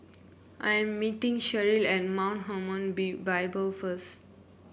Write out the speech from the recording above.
I'm meeting Sherrill at Mount Hermon Be Bible first